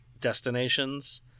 destinations